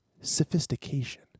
sophistication